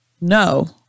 No